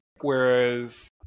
Whereas